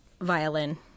violin